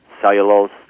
cellulose